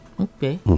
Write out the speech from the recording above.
okay